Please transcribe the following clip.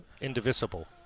Indivisible